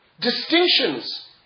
distinctions